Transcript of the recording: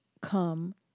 come